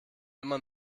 immer